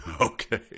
Okay